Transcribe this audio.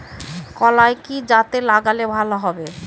কলাই কি জাতে লাগালে ভালো হবে?